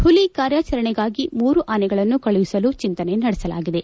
ಹುಲಿ ಕಾರ್ಯಾಚರಣೆಗಾಗಿ ಮೂರು ಆನೆಗಳನ್ನು ಕಳುಹಿಸಲು ಚಿಂತನೆ ನಡೆಸಲಾಗಿದೆ